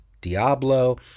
Diablo